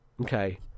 okay